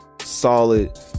solid